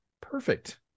perfect